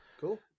cool